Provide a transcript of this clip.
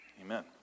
Amen